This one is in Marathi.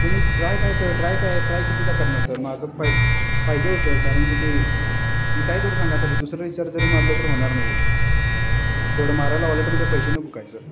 तुम्ही ट्राय काय सर ट्राय काय ट्राय कितीदा करणार सर माझं पाय पाहिजे अहो सर कारणकी ते मी काय करू सांगा तरी दुसरं रिचार्ज जरी मारलं तर होणार नाही आहे तेवढं मारायला वॉलेटमध्ये पैसे नको काय सर